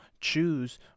choose